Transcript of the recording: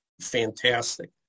fantastic